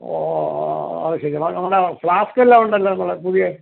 ഓ ഓ ആ അതുശരി നമ്മുടെ ഫ്ലാസ്ക് എല്ലാം ഉണ്ടല്ലോ നമ്മളെ പുതിയ